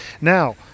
Now